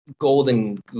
golden